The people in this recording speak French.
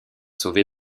sauver